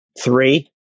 Three